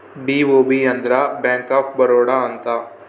BOB ಅಂದ್ರ bank of Baroda ಅಂತ